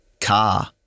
car